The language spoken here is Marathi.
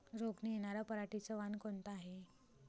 रोग न येनार पराटीचं वान कोनतं हाये?